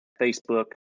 Facebook